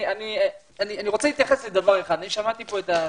שמעתי פה את הסוכנות,